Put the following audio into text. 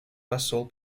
посол